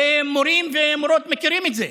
ומורים ומורות מכירים את זה,